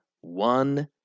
one